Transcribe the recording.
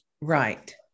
Right